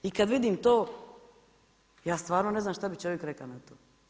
I kad vidim to, ja stvarno ne znam što bi čovjek rekao na to.